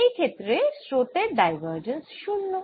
এই ক্ষেত্রে স্রোতের ডাইভারজেন্স শূন্য